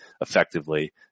effectively